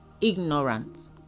ignorance